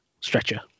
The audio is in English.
stretcher